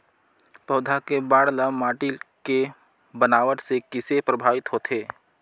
पौधा के बाढ़ ल माटी के बनावट से किसे प्रभावित होथे?